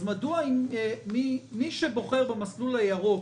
מי שבוחר במסלול הירוק